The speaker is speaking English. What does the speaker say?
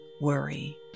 worry